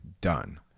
Done